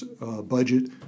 budget